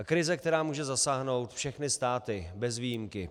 Krize, která může zasáhnout všechny státy bez výjimky.